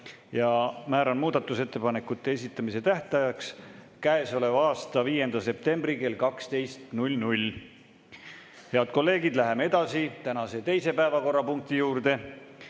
Määran muudatusettepanekute esitamise tähtajaks käesoleva aasta 5. septembri kell 12. Head kolleegid! Läheme tänase teise päevakorrapunkti juurde.